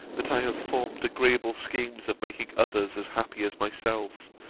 that i have formed agreeable schemes of making others as happy as myself,